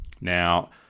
Now